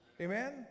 Amen